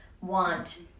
want